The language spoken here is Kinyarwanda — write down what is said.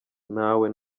ntawe